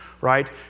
right